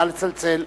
נא לצלצל,